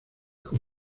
con